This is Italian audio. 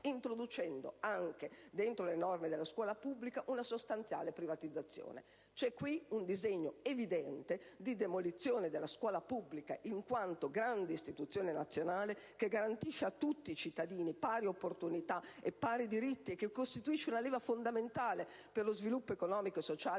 introdurre, anche nelle norme sulla scuola pubblica, una sostanziale privatizzazione. C'è un disegno evidente di demolizione della scuola pubblica in quanto grande istituzione nazionale che garantisce a tutti i cittadini pari opportunità e pari diritti e che costituisce una leva fondamentale per lo sviluppo economico e sociale